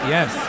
Yes